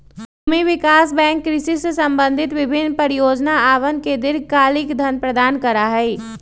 भूमि विकास बैंक कृषि से संबंधित विभिन्न परियोजनअवन ला दीर्घकालिक धन प्रदान करा हई